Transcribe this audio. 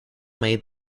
made